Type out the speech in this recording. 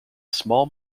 small